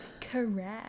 correct